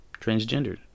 transgendered